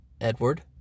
Edward